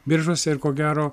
biržuose ir ko gero